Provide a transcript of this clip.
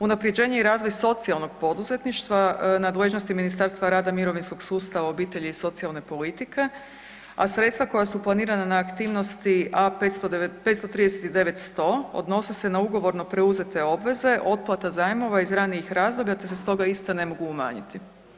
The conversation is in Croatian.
Unaprjeđenje i razvoj socijalnog poduzetništva u nadležnosti je Ministarstva rada, mirovinskog sustava, obitelji i socijalne politike, a sredstva koja su planirana na aktivnosti A539100 odnose se na ugovorno preuzete obveze, otplata zajmova iz ranijih razdoblja te se stoga ista ne mogu umanjiti.